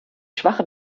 schwache